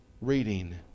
reading